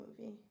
movie